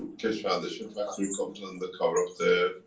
keshe foundation factory comes under cover of the,